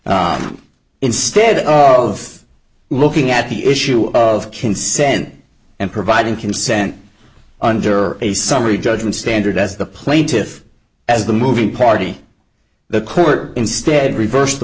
instead of looking at the issue of consent and providing consent under a summary judgment standard as the plaintiff as the moving party the court instead reversed the